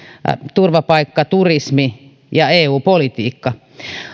turvapaikkaturismi ja eu politiikka